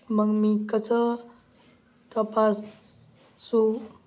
मग मी कसं तपास सू